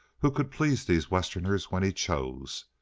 who could please these westerners when he chose.